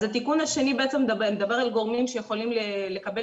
אז התיקון השני בעצם מדבר על גורמים שיכולים לקבל